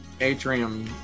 atrium